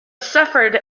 suffered